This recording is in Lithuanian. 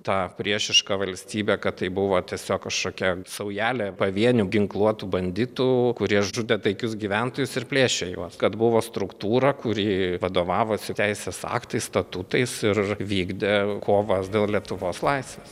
ta priešiška valstybė kad tai buvo tiesiog kažkokia saujelė pavienių ginkluotų banditų kurie žudė taikius gyventojus ir plėšė juos kad buvo struktūra kūri vadovavosi teisės aktais statutais ir vykdė kovas dėl lietuvos laisvės